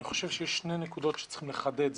אני חושב שיש שתי נקודות שצריך לחדד.